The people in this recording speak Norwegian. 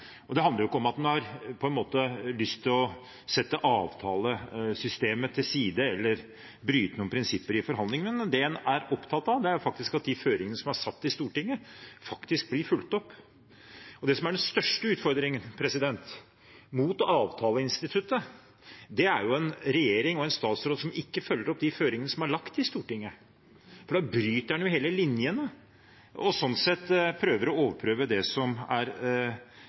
godt. Det handler ikke om at en har lyst til å sette avtalesystemet til side eller bryte noen prinsipper i forhandlingene, men det en er opptatt av, er at de føringene som er satt i Stortinget, faktisk blir fulgt opp. Det som er den største utfordringen mot avtaleinstituttet, er jo en regjering og en statsråd som ikke følger opp de føringene som er lagt i Stortinget, for da bryter en hele linjene og prøver å overprøve det som er